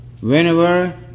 whenever